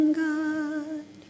god